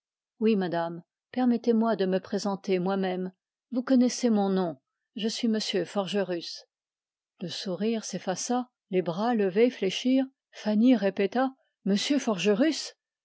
oui madame permettez-moi de me présenter moimême vous connaissez mon nom je suis m forgerus le sourire s'effaça les bras levés fléchirent fanny répéta